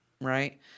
right